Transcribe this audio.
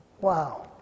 Wow